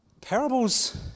Parables